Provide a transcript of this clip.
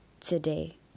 today